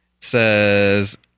says